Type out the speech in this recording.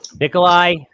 Nikolai